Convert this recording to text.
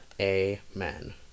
Amen